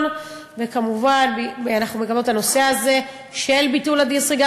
מקדמות את הנושא הזה של ביטול ה-disregard.